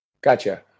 Gotcha